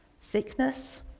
Sickness